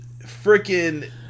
freaking